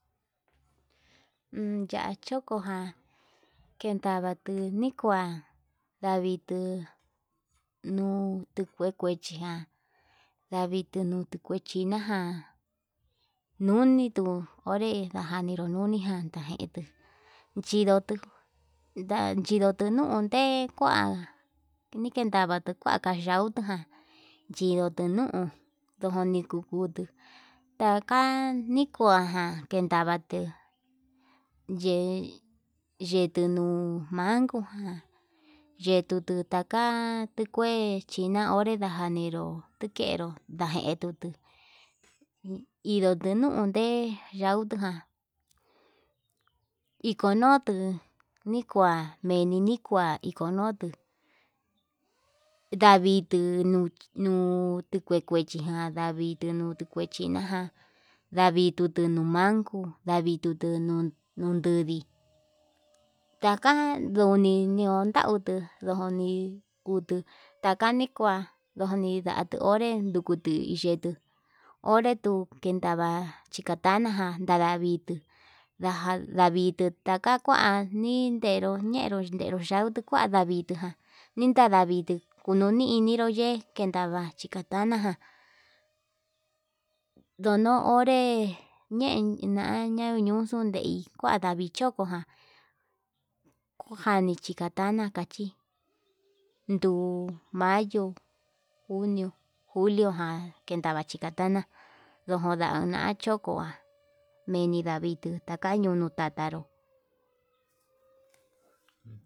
Uun ya'a chokoján kendavatu nikua ndavitu nuu tukue cha'a ndavicho nuu kue china, nuni tuu onré ndajaninu nuni kanda jaintu chindotu ndachindutu nu nunde kua nikendavatu kua kayeuta, chidotu nuu ndoditu ndoniko kutuu taka nikuanjan kendavatu ye yetunuu numangu ján, yetutu taka kua onre china yakanero tukenru ndajetutu indutu nunde yautu ján ikonutu nikua meni nikua ikonutu davitu no no tikue kuechi ján ndavitu nuu tikue chiña ján ndavitutu no'o manko ndavitu nuu nudii taka nduñi nduntautu ndoni kutuu taka ni kua ndoni ndatuu onre ndukutu yetuu onre tu ndava chicatana ján dadavitu ndavitu kakuan nintero ñe'ero ñenró yani tukua, ndavinta ninada vintu kununi niyenru yee ke ndava chicatana ján ndono onré yen niñaña ndaña ñuxun, ndei kuadavi cchokoján kojani chikatana ndachi ndu mayo junio julio ján kendava chikatana ndojoda na chokoján mini ndavitu taka ñuñu takaro.